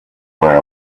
were